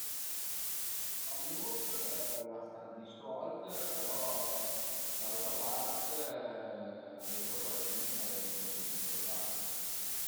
Famus, l'as tanti sold però d'autra part a ie tropa gent ch'a ven rumpite le bale